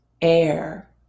air